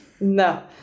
no